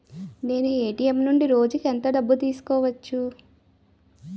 నేను ఎ.టి.ఎం నుండి రోజుకు ఎంత డబ్బు తీసుకోవచ్చు?